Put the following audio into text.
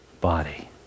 body